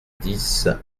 dix